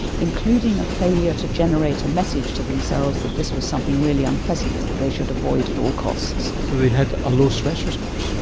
including a failure to generate a message to themselves that this was something really unpleasant that they should avoid at all costs. so they had a low stress response?